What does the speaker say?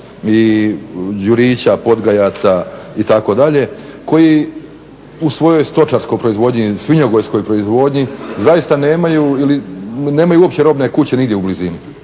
i Đurića, Podgajaca, itd. koji u svojoj stočarskoj proizvodnji, svinjogojskoj proizvodnji zaista nemaju ili nemaju uopće robne kuće nigdje u blizini.